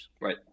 Right